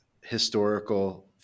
historical